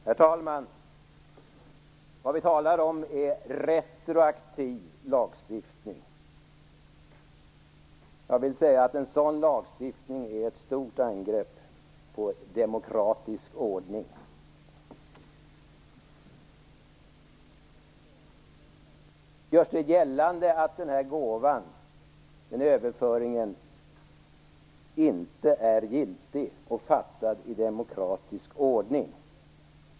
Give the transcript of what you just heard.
Herr talman! Vad vi talar om är retroaktiv lagstiftning. Jag vill säga att en sådan lagstiftning är ett stort angrepp på demokratisk ordning. Det görs gällande att den här gåvan, överföringen, inte är giltig och fattad i demokratisk ordning.